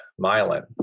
myelin